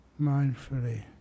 mindfully